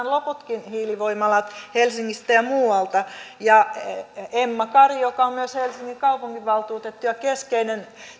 loputkin hiilivoimalat helsingistä ja muualta emma kari joka on myös helsingin kaupunginvaltuutettu ja keskeinen